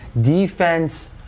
defense